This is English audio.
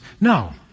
No